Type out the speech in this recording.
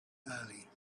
early